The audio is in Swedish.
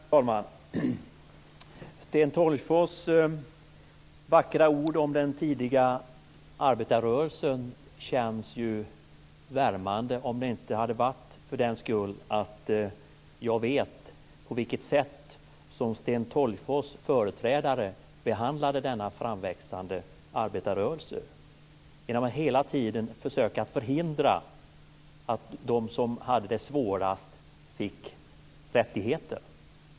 Fru talman! Sten Tolgfors vackra ord om den tidiga arbetarrörelsen skulle kunna kännas värmande om det inte hade varit för att jag vet på vilket sätt som Sten Tolgfors företrädare behandlade denna framväxande arbetarrörelse. De har hela tiden försökt förhindra att de som hade det svårast fick rättigheter.